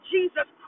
Jesus